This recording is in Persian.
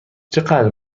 چقدر